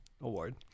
Award